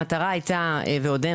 המטרה הייתה ועודנה,